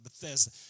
Bethesda